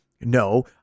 no